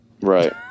Right